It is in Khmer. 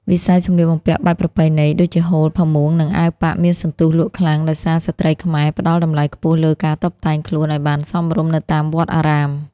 វិស័យសម្លៀកបំពាក់បែបប្រពៃណី ដូចជាហូល ផាមួង និងអាវប៉ាក់ មានសន្ទុះលក់ខ្លាំងដោយសារស្ត្រីខ្មែរផ្តល់តម្លៃខ្ពស់លើការតុបតែងខ្លួនឱ្យបានសមរម្យនៅតាមវត្តអារាម។